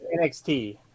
NXT